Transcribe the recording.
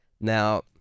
Now